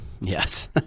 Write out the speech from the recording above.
Yes